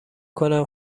کنم